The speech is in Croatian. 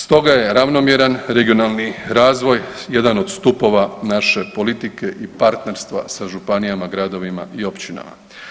Stoga je ravnomjeran regionalni razvoj jedan od stupova naše politike i partnerstva sa županijama, gradovima i općinama.